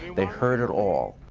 they heard it all.